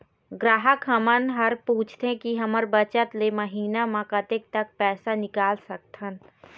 ग्राहक हमन हर पूछथें की हमर बचत ले महीना मा कतेक तक पैसा निकाल सकथन?